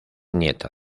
nieta